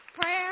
Prayer